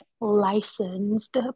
licensed